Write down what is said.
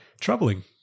troubling